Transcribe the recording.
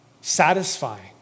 satisfying